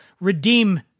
redeem